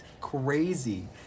Crazy